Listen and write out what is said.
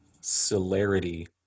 celerity